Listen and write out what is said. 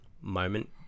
moment